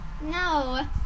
No